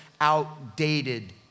outdated